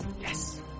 Yes